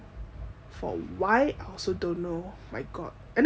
for what I also don't know my god and that was when